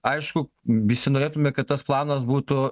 aišku visi norėtume kad tas planas būtų